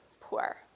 poor